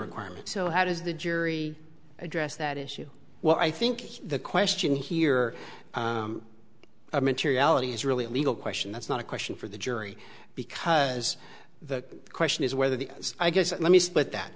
requirement so how does the jury address that issue well i think the question here i mean to reality is really a legal question that's not a question for the jury because the question is whether the i guess let me split that